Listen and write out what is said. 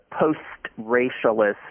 post-racialist